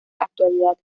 actualidad